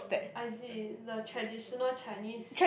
I see the traditional Chinese